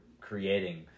creating